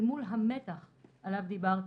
אל מול המתח עליו דיברתי.